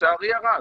לצערי הרב.